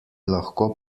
lahko